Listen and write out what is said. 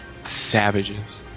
Savages